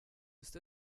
ist